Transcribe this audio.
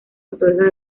otorga